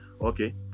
okay